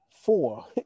Four